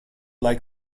like